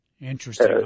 Interesting